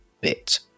bit